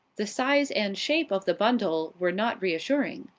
the size and shape of the bundle were not reassuring.